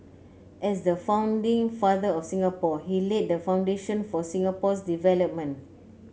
as the founding father of Singapore he laid the foundation for Singapore's development